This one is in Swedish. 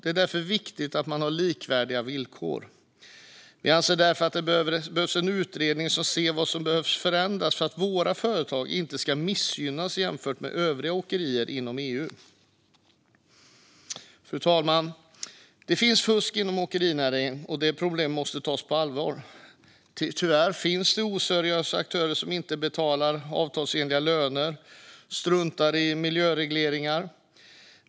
Det är därför viktigt att man har likvärdiga villkor. Vi anser därför att det behövs en utredning som ser efter vad som behöver förändras för att våra företag inte ska missgynnas jämfört med övriga åkerier inom EU. Fru talman! Det finns fusk inom åkerinäringen, och det problemet måste tas på allvar. Tyvärr finns det oseriösa aktörer som inte betalar avtalsenliga löner och struntar i miljöregler.